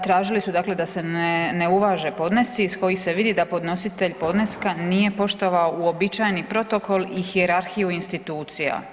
Tražili su dakle da se ne uvaže podnesci iz kojih se vidi da podnositelj podneska nije poštovao uobičajeni protokol i hijerarhiju institucija.